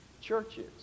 churches